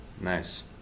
Nice